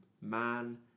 Man